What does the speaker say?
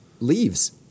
leaves